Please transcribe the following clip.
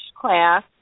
class